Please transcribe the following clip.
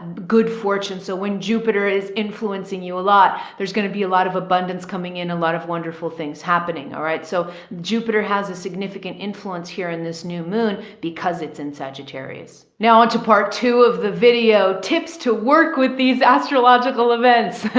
good fortune. so when jupiter is influencing you a lot, there's going to be a lot of abundance coming in a lot of wonderful things happening. all right. so jupiter has a significant influence here in this new moon because it's in sagittarius. now, i want to part two of the video tips to work with these astrological events.